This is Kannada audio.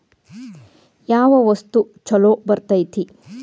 ಯಾವ ವಸ್ತು ಛಲೋ ಬರ್ತೇತಿ?